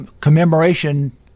commemoration